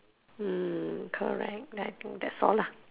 mm correct then I think that's all lah